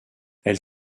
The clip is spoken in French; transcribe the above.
elle